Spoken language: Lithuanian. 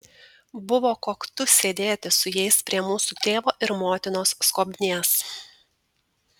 buvo koktu sėdėti su jais prie mūsų tėvo ir motinos skobnies